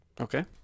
Okay